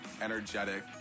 energetic